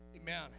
Amen